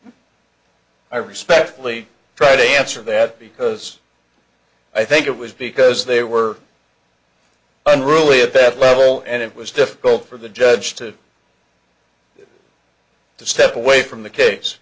i respectfully try to answer that because i think it was because they were unruly a bad level and it was difficult for the judge to step away from the case